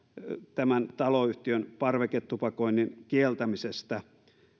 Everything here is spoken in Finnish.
taloyhtiön parveketupakoinnin kieltämisestä